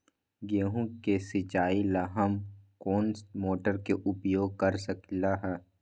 गेंहू के सिचाई ला हम कोंन मोटर के उपयोग कर सकली ह?